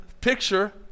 picture